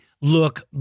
look